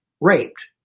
raped